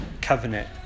covenant